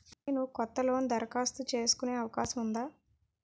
నేను కొత్త లోన్ దరఖాస్తు చేసుకునే అవకాశం ఉందా?